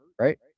right